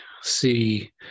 see